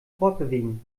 fortbewegen